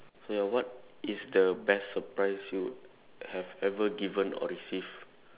what is the best surprise you have ever given or received